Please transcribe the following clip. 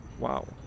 wow